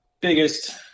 biggest